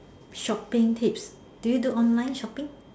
shopping tips do you do online shopping